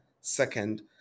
Second